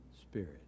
spirit